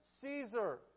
Caesar